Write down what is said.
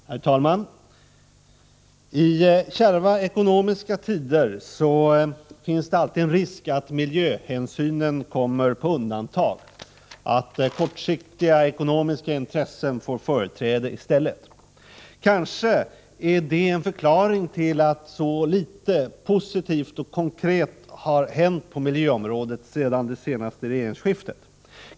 Herr talman! I ekonomiskt kärva tider finns det alltid en risk att miljöhänsynen kommer på undantag, att kortsiktiga ekonomiska intressen får företräde i stället. Kanske är det en förklaring till att så litet positivt och konkret har hänt på miljöområdet sedan det senaste regeringsskiftet.